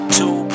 two